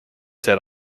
set